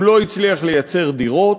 הוא לא הצליח לייצר דירות,